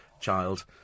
child